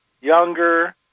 younger